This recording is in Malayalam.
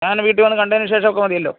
ഞാന് വീട്ടില് വന്ന് കണ്ടതിന് ശേഷമൊക്കെ മതിയല്ലോ